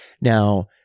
now